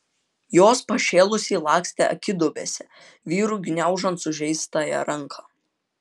jos pašėlusiai lakstė akiduobėse vyrui gniaužiant sužeistąją ranką